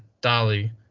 Dolly